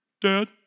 Dad